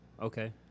Okay